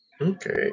Okay